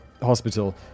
hospital